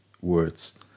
words